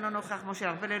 אינו נוכח משה ארבל,